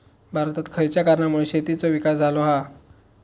भारतात खयच्या कारणांमुळे शेतीचो विकास झालो हा?